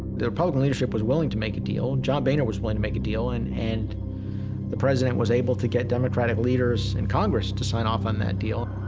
the republican leadership was willing to make a deal. john boehner was willing to make a deal. and and the president was able to get democratic leaders in congress to sign off on that deal.